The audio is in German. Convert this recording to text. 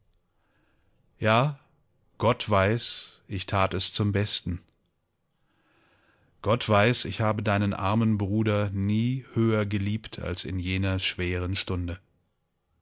ja gott weiß ich tat es zum besten gott weiß ich habe deinen armen bruder nie höher geliebt als in jener schweren stunde